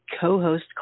co-host